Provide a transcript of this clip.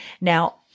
Now